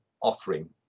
offering